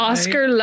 Oscar